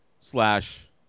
slash